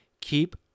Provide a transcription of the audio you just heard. keep